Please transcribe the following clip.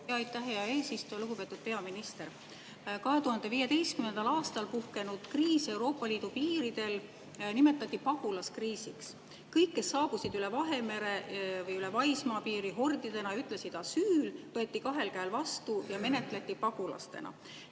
hea eesistuja! Lugupeetud peaminister! 2015. aastal puhkenud kriisi Euroopa Liidu piiridel nimetati pagulaskriisiks. Kõik, kes saabusid üle Vahemere või üle maismaapiiri hordidena, ütlesid: "Asüül!", võeti kahel käel vastu ja menetleti pagulastena.